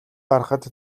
гарахад